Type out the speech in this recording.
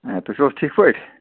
ہَے تُہۍ چھُو حظ ٹھیٖک پٲٹھۍ